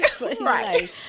Right